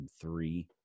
three